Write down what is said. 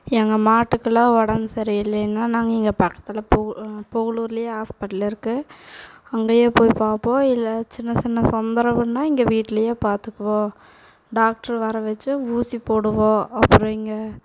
எங்கள் மாட்டுக்குலாம் உடம்பு சரி இல்லேனா நாங்கள் இங்கே பக்கத்தில் பூ பூவலூர்லே ஹாஸ்பிட்டல் இருக்குது அங்கேயே போய் பார்ப்போம் இல்லை சின்ன சின்ன தொந்தரவுனால் இங்கே வீட்டிலேயே பார்த்துக்குவோம் டாக்டரு வர வச்சு ஊசி போடுவோம் அப்புறம் இங்கே